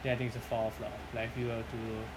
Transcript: then I think it's a far off lah like if you were to